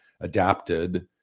adapted